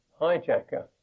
hijacker